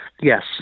Yes